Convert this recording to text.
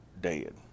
dead